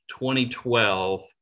2012